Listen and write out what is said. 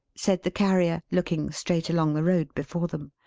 said the carrier, looking straight along the road before them.